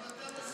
גם אתה מסכים,